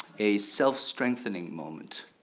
a self strengthening moment,